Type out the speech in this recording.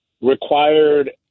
required